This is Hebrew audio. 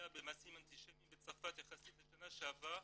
במעשים אנטישמיים בצרפת יחסית לשנה שעברה.